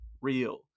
real